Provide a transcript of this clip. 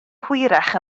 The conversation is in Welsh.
hwyrach